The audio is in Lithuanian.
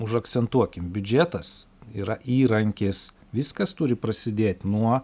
užakcentuokim biudžetas yra įrankis viskas turi prasidėt nuo